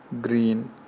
green